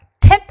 tip